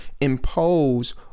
impose